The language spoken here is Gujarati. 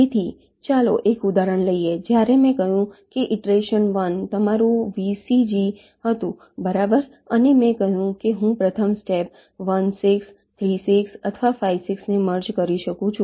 તેથી ચાલો એક ઉદાહરણ લઈએ જ્યારે મેં કહ્યું છે કે ઈટરેશન 1 તમારું VCG હતું બરોબર અને મેં કહ્યું કે હું પ્રથમ સ્ટેપમાં 1 6 3 6 અથવા 5 6 ને મર્જ કરી શકું છું